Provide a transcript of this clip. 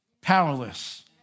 powerless